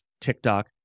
TikTok